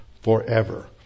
forever